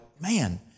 man